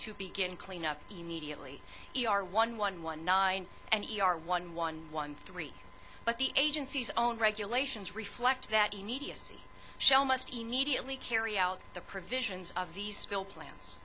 to begin cleanup immediately e r one one one nine and e r one one one three but the agency's own regulations reflect that immediacy shell must immediately carry out the provisions of these spill plans